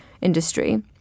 industry